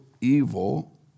evil